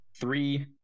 three